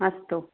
अस्तु